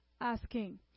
asking